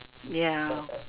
ya